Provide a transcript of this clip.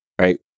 Right